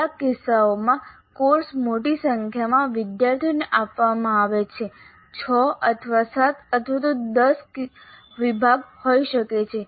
કેટલાક કિસ્સાઓમાં કોર્સ મોટી સંખ્યામાં વિદ્યાર્થીઓને આપવામાં આવે છે 6 અથવા 7 અથવા તો 10 વિભાગો હોઈ શકે છે